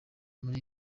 muri